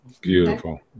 Beautiful